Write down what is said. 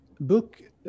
book